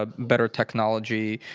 ah better technology,